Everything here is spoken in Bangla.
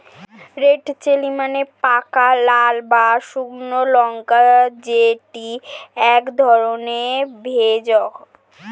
রেড চিলি মানে পাকা লাল বা শুকনো লঙ্কা যেটি এক ধরণের ভেষজ